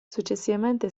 successivamente